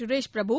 Suresh Prabhu